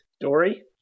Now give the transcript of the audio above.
Dory